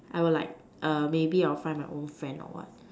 I will like err maybe I will find my own friend or what